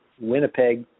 Winnipeg